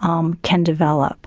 um can develop.